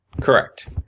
correct